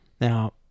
now